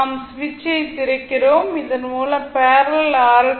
நாம் சுவிட்சைத் திறக்கிறோம் இதன்மூலம் பேரலல் ஆர்